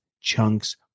chunks